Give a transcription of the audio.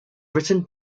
written